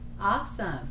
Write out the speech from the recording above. Awesome